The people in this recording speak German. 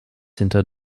hinter